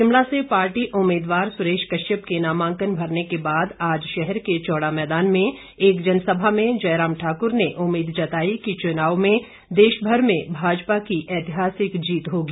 शिमला से पार्टी उम्मीदवार सुरेश कश्यप के नामांकन भरने के बाद आज शहर के चौड़ा मैदान में एक जनसभा में जयराम ठाकुर ने उम्मीद जताई कि चुनावों में देश भर में भाजपा की ऐतिहासिक जीत होगी